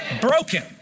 broken